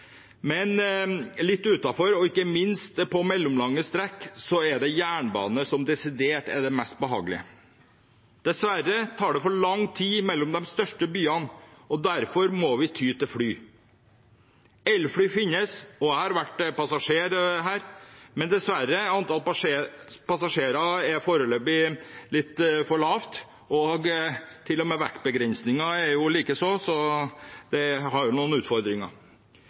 men litt utenfor og ikke minst på mellomlange strekk er det jernbane som er det desidert mest behagelige. Dessverre tar det for lang tid mellom de største byene, og derfor må vi ty til fly. Elfly finnes, og jeg har vært passasjer, men dessverre er antall passasjerer foreløpig litt for lavt og vektbegrensningen er likeså, så det har noen utfordringer.